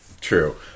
True